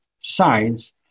science